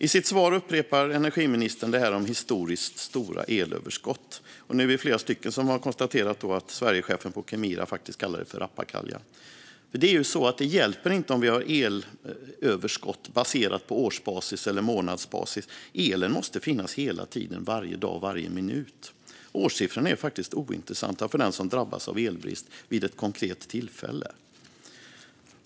I sitt svar upprepar energiministern det här om historiskt stora elöverskott, och nu är vi flera som har konstaterat att Sverigechefen på Kemira faktiskt kallar det rappakalja. Det hjälper nämligen inte om vi har elöverskott på årsbasis eller månadsbasis; elen måste finnas hela tiden, varje dag och varje minut. Årssiffrorna är faktiskt ointressanta för den som drabbas av elbrist vid ett konkret tillfälle.